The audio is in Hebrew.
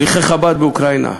שליחי חב"ד באוקראינה,